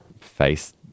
face